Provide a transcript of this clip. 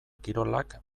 kirolak